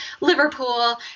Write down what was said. Liverpool